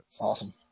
Awesome